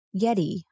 Yeti